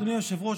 אדוני היושב-ראש,